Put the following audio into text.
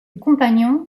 compagnon